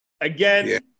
again